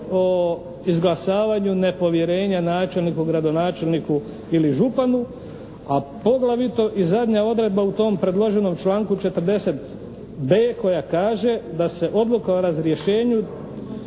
o izglasavanju nepovjerenja načelniku, gradonačelniku ili županu, a poglavito i zadnja odredba u tom predloženom članku 40.b koja kaže da se odluka o razrješenju